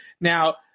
Now